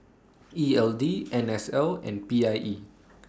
E L D N S L and P I E